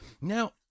Now